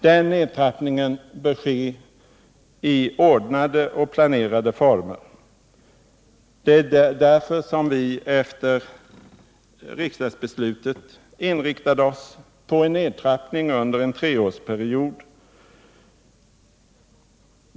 Den nedtrappningen bör ta sig ordnade och planerade former, och det är därför som vi efter riksdagsbeslutet inriktat oss på en nedtrappning under en treårsperiod.